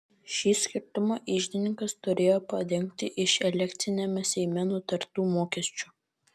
šį skirtumą iždininkas turėjo padengti iš elekciniame seime nutartų mokesčių